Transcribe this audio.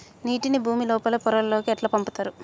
నీటిని భుమి లోపలి పొరలలోకి ఎట్లా పంపుతరు?